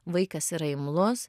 vaikas yra imlus